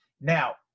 Now